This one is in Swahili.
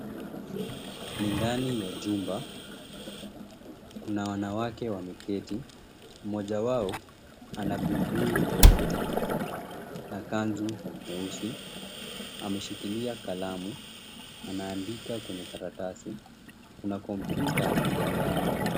Ni ndani ya jumba, kuna wanawake wameketi mmoja wao ana buibui nyeupe na kanzu nyeusi ameshikilia kalamu anaandika kwenye karatasi kuna kompyuta mbele yao.